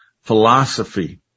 philosophy